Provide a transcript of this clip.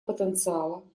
потенциала